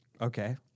Okay